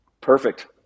Perfect